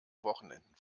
wochenenden